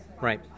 right